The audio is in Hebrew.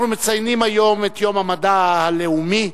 אנחנו מציינים היום את יום המדע הלאומי,